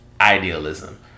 idealism